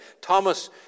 Thomas